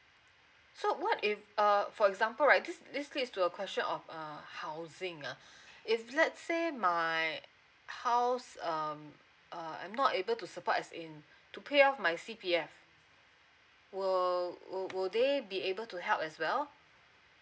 so what if err for example right this this click to a question of uh housing ah if let's say my house um uh I'm not able to support as in to pay off my C_P_F will will will they be able to help as well